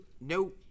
no